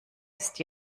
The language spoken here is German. ist